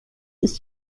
ist